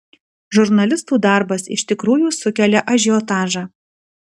žurnalistų darbas iš tikrųjų sukelia ažiotažą